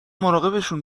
مراقبشون